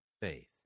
faith